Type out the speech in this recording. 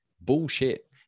Bullshit